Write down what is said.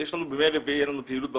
בימי רביעי תהיה לנו פעילות בבוקר.